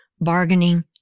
bargaining